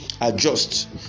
adjust